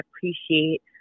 appreciate